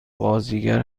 بازیگر